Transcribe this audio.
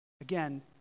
Again